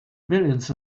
millions